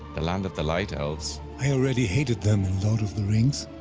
the land of the light elves. i already hated them in lord of the rings.